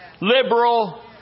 liberal